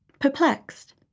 perplexed